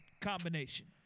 combination